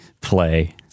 play